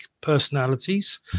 personalities